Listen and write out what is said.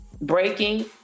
breaking